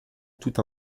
toute